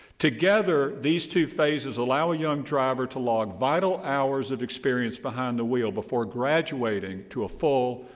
together, these two phases allow a young driver to log vital hours of experience behind the wheel before graduating to a full,